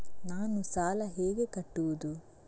ನಾನು ಸಾಲ ಹೇಗೆ ಕಟ್ಟುವುದು?